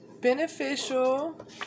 Beneficial